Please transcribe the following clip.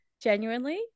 Genuinely